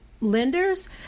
lenders